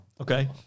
okay